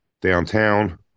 downtown